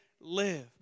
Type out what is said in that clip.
live